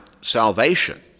salvation